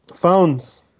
phones